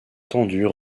tendus